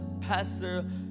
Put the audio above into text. pastor